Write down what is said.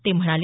ते म्हणाले